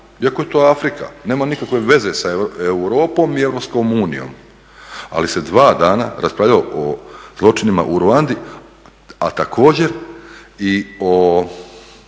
iako je to Afrika, nema nikakve veze sa Europom i Europskom unijom, ali se dva dana raspravljalo o zločinima u Ruandi, a također i o